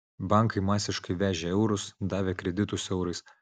bankai masiškai vežė eurus davė kreditus eurais